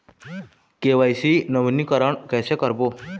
KYC नवीनीकरण कैसे करबो?